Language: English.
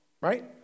right